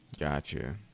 Gotcha